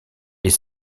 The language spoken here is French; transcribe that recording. est